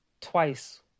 Twice